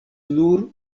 nur